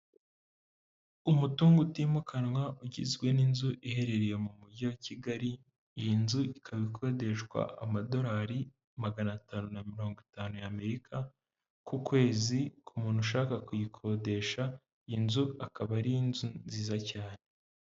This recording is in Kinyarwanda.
Umutungo utimukanwa ugizwe n'inzu iherereye mu mujyi wa Kigali, iyi nzu ikaba ikodeshwa amadolari magana atanu na mirongo itanu ya Amerika ku kwezi, ku muntu ushaka kuyikodesha, iyi nzu akaba ari inzu nziza cyane.